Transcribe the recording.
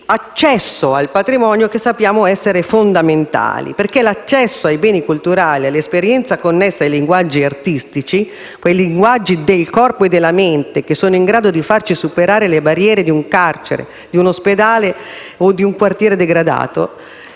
di accesso al patrimonio che sappiamo essere fondamentali. I beni culturali e l'esperienza connessa ai linguaggi artistici del corpo e della mente sono in grado di farci superare le barriere di un carcere, di un ospedale o di un quartiere degradato.